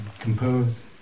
compose